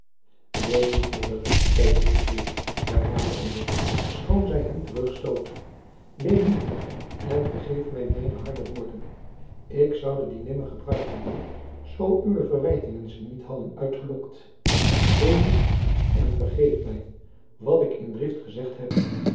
ween niet moeder zeide ludwig haar naderende schoon zij hem terugstootte ween niet en vergeef mij mijne harde woorden ik zoude die nimmer gebruikt hebben zoo uwe verwijtingen ze niet hadden uitgelokt ween niet en vergeef mij wat ik in drift gezegd heb